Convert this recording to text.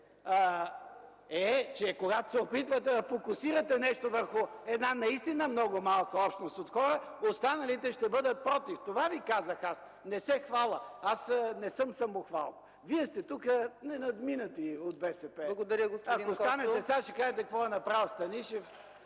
че когато се опитвате да фокусирате нещо върху една наистина много малка общност от хора, останалите ще бъдат против. Това Ви казах аз, не се хваля. Аз не съм самохвалко. Вие сте тук ненадминати от БСП. Ако станете сега, ще кажете какво е направил Станишев.